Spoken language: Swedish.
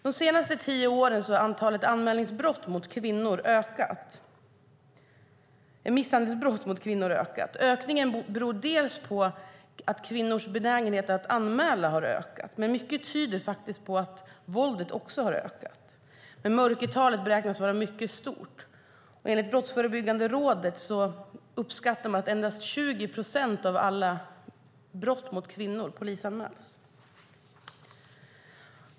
De senaste tio åren har antalet anmälda misshandelsbrott mot kvinnor ökat. Ökningen beror delvis på att kvinnors benägenhet att anmäla har ökat. Men mycket tyder faktiskt på att våldet också har ökat. Men mörkertalet beräknas vara mycket stort. Brottsförebyggande rådet uppskattar att endast 20 procent av alla brott mot kvinnor polisanmäls.